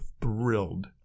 thrilled